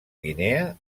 guinea